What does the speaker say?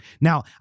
Now